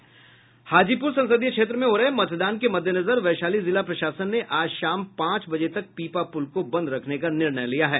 हाजीपूर संसदीय क्षेत्र में हो रहे मतदान के मददेनजर वैशाली जिला प्रशासन ने आज शाम पांच बजे तक पीपापुल को बंद रखने का निर्णय लिया है